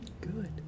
Good